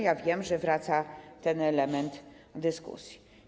Ja wiem, że wraca ten element dyskusji.